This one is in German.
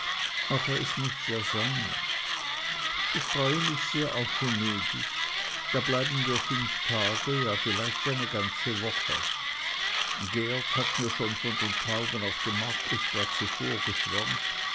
aber es muß ja sein ich freue mich sehr auf venedig da bleiben wir fünf tage ja vielleicht eine ganze woche geert hat mir schon von den tauben auf dem markusplatz vorgeschwärmt